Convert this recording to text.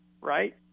right